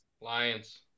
Lions